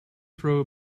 throw